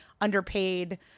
underpaid